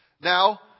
now